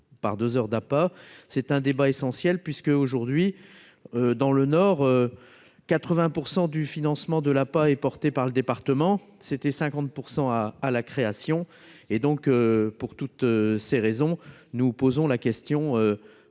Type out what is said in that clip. c'est un débat essentiel puisque, aujourd'hui, dans le nord 80 pour 100 du financement de la pas et portée par le département, c'était 50 % à à la création et donc pour toutes ces raisons, nous posons la question